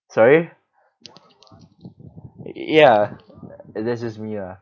sorry ya that's just me ah